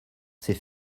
ces